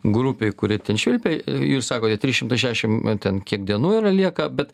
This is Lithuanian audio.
grupei kuri ten švilpė jūs sakote trys šimtai šedešim ten kiek dienų yra lieka bet